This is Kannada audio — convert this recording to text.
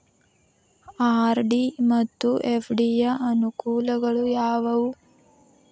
ಆರ್.ಡಿ ಮತ್ತು ಎಫ್.ಡಿ ಯ ಅನುಕೂಲಗಳು ಯಾವವು?